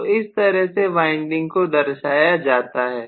तो इस तरह से वाइंडिंग को दर्शाया जाता है